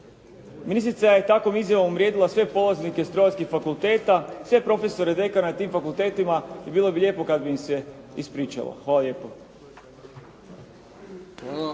Ministrica je takvom izjavom uvrijedila sve polaznice strojarskih fakulteta, sve profesore i dekana na tim fakultetima i bilo bi lijepo kad bi im se ispričala. Hvala lijepo.